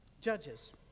Judges